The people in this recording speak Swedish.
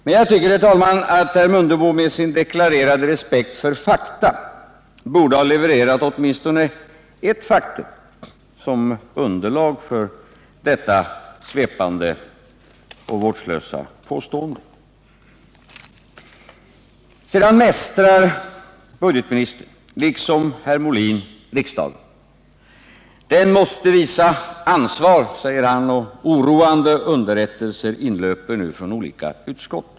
Men jag tycker att herr Mundebo med sin deklarerade respekt för fakta borde ha levererat åtminstone ett faktum såsom underlag för dessa svepande och vårdslösa påståenden. Sedan mästrar budgetministern liksom herr Molin riksdagen. Den måste visa ansvar, säger han, eftersom oroande underrättelser nu inlöper från olika utskott.